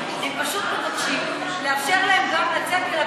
הם פשוט מבקשים לצאת ולהביא תרומות,